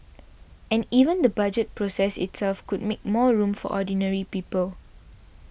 and even the Budget process itself could make more room for ordinary people